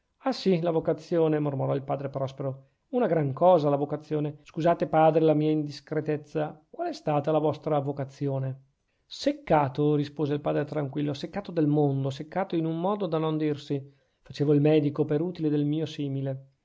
ah sì la vocazione mormorò il padre prospero una gran cosa la vocazione scusate padre la mia indiscretezza qual è stata la vostra vocazione seccato rispose il padre tranquillo seccato del mondo seccato in un modo da non dirsi facevo il medico per utile del mio simile